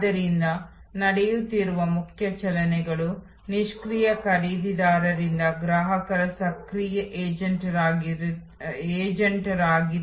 ಮತ್ತು ನೀವು ಬಳಸಬಹುದು ನೀವು ಈ ಮಾದರಿ ನಕ್ಷೆಯನ್ನು